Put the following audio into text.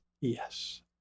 Yes